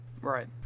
Right